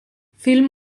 film